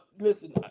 listen